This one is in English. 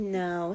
no